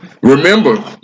remember